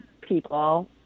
people